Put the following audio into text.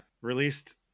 released